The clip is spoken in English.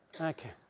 Okay